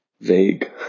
vague